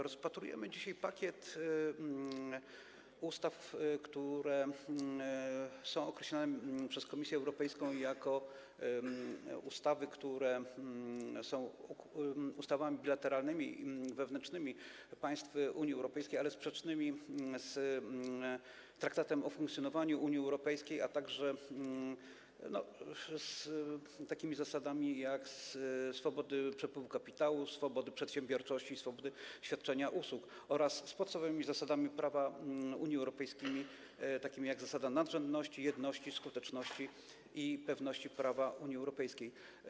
Rozpatrujemy dzisiaj pakiet ustaw, które są określane przez Komisję Europejską jako ustawy, które dotyczą bilateralnych i wewnętrznych umów między państwami Unii Europejskiej, ale są sprzeczne z Traktatem o funkcjonowaniu Unii Europejskiej, a także z takimi zasadami, jak zasady swobody przepływu kapitału, swobody przedsiębiorczości, swobody świadczenia usług, oraz z podstawowymi zasadami prawa Unii Europejskiej, takimi jak zasady nadrzędności, jedności, skuteczności i pewności prawa Unii Europejskiej.